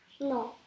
No